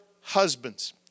husband's